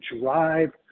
drive